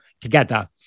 together